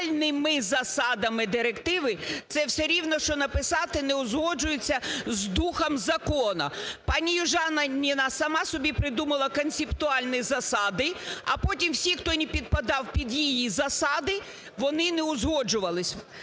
концептуальними засадами директиви" , це все рівно, що написати "не узгоджуються з духом закону". Пані Южаніна сама собі придумала концептуальні засади, а потім всі, хто не підпадав під її засади, вони не узгоджувались.